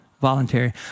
voluntary